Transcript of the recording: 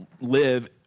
live